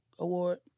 award